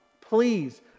please